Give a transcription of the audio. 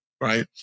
right